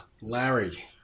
Larry